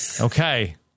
Okay